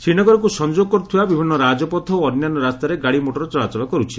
ଶ୍ରୀନଗରକୁ ସଂଯୋଗ କରୁଥିବା ବିଭିନ୍ନ ରାଜପଥ ଓ ଅନ୍ୟାନ୍ୟ ରାସ୍ତାରେ ଗାଡ଼ିମୋଟର ଚଳାଚଳ କରୁଛି